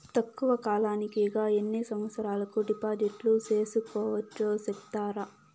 తక్కువ కాలానికి గా ఎన్ని సంవత్సరాల కు డిపాజిట్లు సేసుకోవచ్చు సెప్తారా